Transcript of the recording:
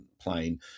plane